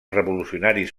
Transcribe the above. revolucionaris